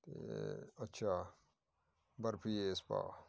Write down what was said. ਅਤੇ ਅੱਛਾ ਬਰਫੀ ਇਸ ਭਾਅ